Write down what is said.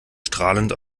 strahlend